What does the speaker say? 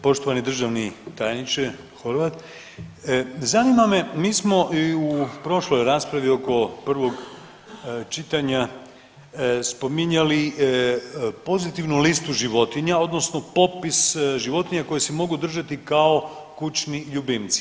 Poštovani državni tajniče Horvat, zanima me, mi smo i u prošloj raspravi oko prvog čitanja spominjali pozitivnu listu životinja, odnosno popis životinja koje se mogu držati kao kućni ljubimci.